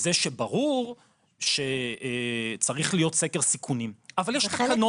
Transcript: לזה שברור שצריך להיות סקר סיכונים, אבל יש תקנות.